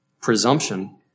presumption